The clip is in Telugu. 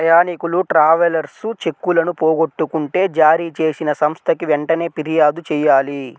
ప్రయాణీకులు ట్రావెలర్స్ చెక్కులను పోగొట్టుకుంటే జారీచేసిన సంస్థకి వెంటనే పిర్యాదు చెయ్యాలి